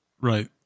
right